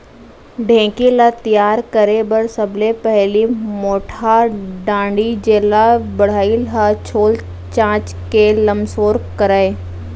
ढेंकी ल तियार करे बर सबले पहिली मोटहा डांड़ी जेला बढ़ई ह छोल चांच के लमसोर करय